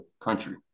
country